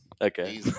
Okay